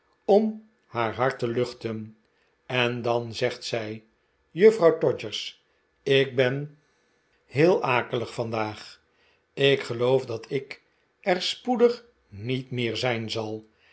om haar hart te luchten en dan zegt zij juffrouw todgers ik ben heel akelig vandaag ik geloof dat ik er spoedig niet meer zijn zal